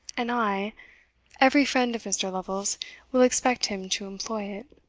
and i every friend of mr. lovel's will expect him to employ it.